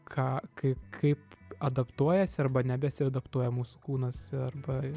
ką ka kaip adaptuojasi arba nebesiadaptuoja mūsų kūnas arba